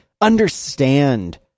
understand